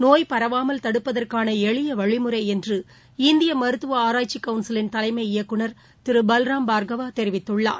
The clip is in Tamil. நோய் பரவாமல் தடுப்பதற்கானஎளியவழிமுறைஎன்று இந்தியமருத்துவஆராய்ச்சிகவுன்சிலின் தலைமை இயக்குநர் திருபல்ராம் பார்கவாதெரிவித்துள்ளார்